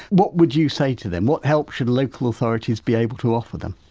what would you say to them, what help should local authorities be able to offer them?